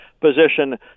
position